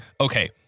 okay